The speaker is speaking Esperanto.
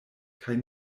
kaj